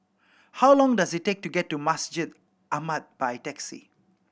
how long does it take to get to Masjid Ahmad by taxi